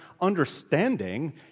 understanding